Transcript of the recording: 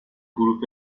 حروف